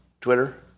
Twitter